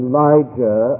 Elijah